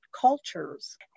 cultures